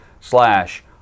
slash